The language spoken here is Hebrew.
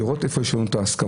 לראות איפה יש לנו הסכמות,